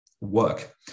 work